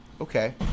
Okay